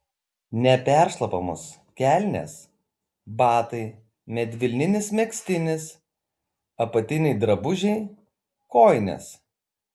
neperšlampamos kelnės batai medvilninis megztinis apatiniai drabužiai kojinės